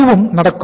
அதுவும் நடக்கும்